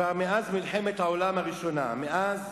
כבר מאז מלחמת העולם הראשונה, מאז